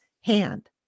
hand